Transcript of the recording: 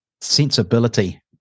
sensibility